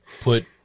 put